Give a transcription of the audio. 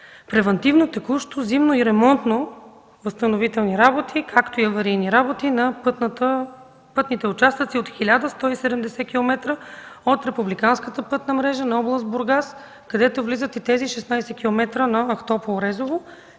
превантивно, текущо, зимно, и ремонтно-възстановителни работи, както и аварийни работи на пътните участъци от 1170 км от републиканската пътна мрежа на област Бургас, където влизат и тези 16 км на Ахтопол – Резово.